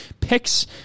picks